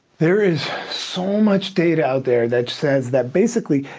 there is so much data out there that says that basically,